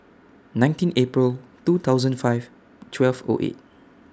nineteen April two thousand five twelve O eight